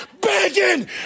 begging